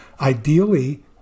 ideally